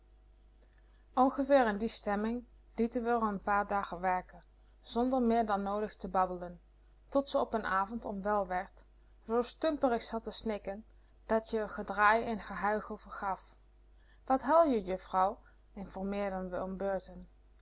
ongeveer in die stemming lieten we r n paar dagen werken zonder meer dan noodig te babbelen tot ze op n avond onwel werd zoo stumperig zat te snikken dat je r gedraai en gehuichel vergaf wat huil je juffrouw informeerden we om beurten